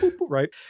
right